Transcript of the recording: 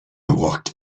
walked